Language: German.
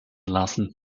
lassen